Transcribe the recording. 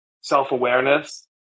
Self-awareness